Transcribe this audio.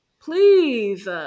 please